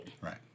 Right